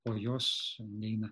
po jos neina